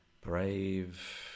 brave